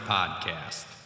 Podcast